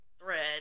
thread